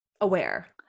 aware